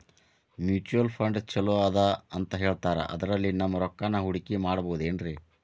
Mutual fund ಛಲೋ ಅದಾ ಅಂತಾ ಹೇಳ್ತಾರ ಅದ್ರಲ್ಲಿ ನಮ್ ರೊಕ್ಕನಾ ಹೂಡಕಿ ಮಾಡಬೋದೇನ್ರಿ?